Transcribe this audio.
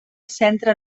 centre